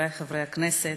חברי חברי הכנסת,